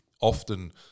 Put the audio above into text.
often